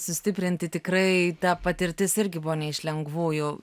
sustiprinti tikrai ta patirtis irgi buvo ne iš lengvųjų